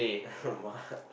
what